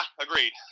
agreed